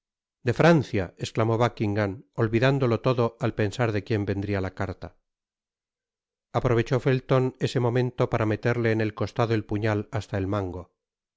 de francia esclamó buckingam olvidándolo todo al pensar de quien vendría la carta aprovechó felton ese momento para meterte en el costado el puñal hasta el mango